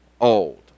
old